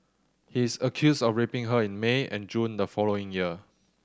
he is accused of raping her in May and June the following year